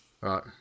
right